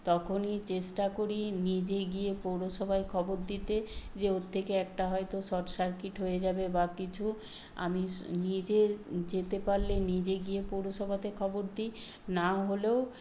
তখনই চেষ্টা করি নিজে গিয়ে পৌরসভায় খবর দিতে যে ওর থেকে একটা হয়তো শর্ট সার্কিট হয়ে যাবে বা কিছু আমি স নিজে যেতে পারলে নিজে গিয়ে পৌরসভাতে খবর দিই নাহলেও